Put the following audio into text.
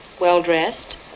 well-dressed